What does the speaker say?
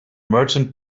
merchant